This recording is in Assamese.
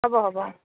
হ'ব হ'ব অঁ